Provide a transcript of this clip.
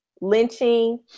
lynching